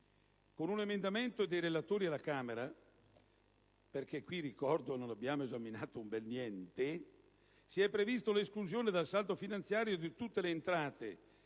Con un emendamento dei relatori alla Camera - perché qui, ricordo, non abbiamo esaminato un bel niente! - si è prevista l'esclusione dal saldo finanziario di tutte le entrate